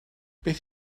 beth